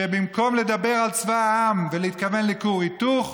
שבמקום לדבר על צבא העם ולהתכוון לכור היתוך,